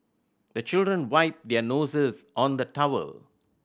the children wipe their noses on the towel